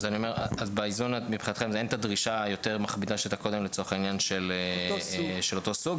אז מבחינתכם אין הדרישה המכבידה יותר של אותו סוג,